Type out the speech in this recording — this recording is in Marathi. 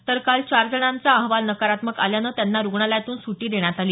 तर काल चार जणांना अहवाल नकारात्मक आल्यानं रुग्णालयातून सुटी देण्यात आली